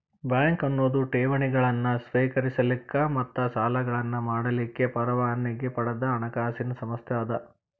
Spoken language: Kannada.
ಬ್ಯಾಂಕ್ ಅನ್ನೊದು ಠೇವಣಿಗಳನ್ನ ಸ್ವೇಕರಿಸಲಿಕ್ಕ ಮತ್ತ ಸಾಲಗಳನ್ನ ಮಾಡಲಿಕ್ಕೆ ಪರವಾನಗಿ ಪಡದ ಹಣಕಾಸಿನ್ ಸಂಸ್ಥೆ ಅದ